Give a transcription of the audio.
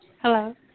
Hello